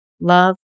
love